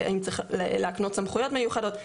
והאם צריך להקנות סמכויות מיוחדות.